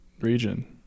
region